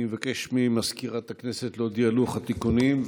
אני מבקש ממזכירת הכנסת להודיע על לוח התיקונים,